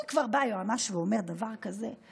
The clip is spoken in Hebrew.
אם כבר בא יועמ"ש ואומר דבר כזה,